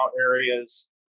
areas